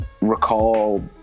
recall